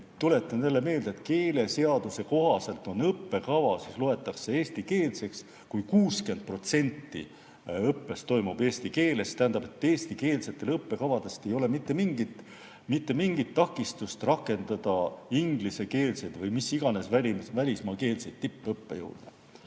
Tuletan teile meelde, et keeleseaduse kohaselt loetakse õppekava eestikeelseks, kui 60% õppest toimub eesti keeles, tähendab, eestikeelsetes õppekavades ei ole mitte mingit takistust rakendada ingliskeelseid või mis iganes välismaakeelseid tippõppejõude.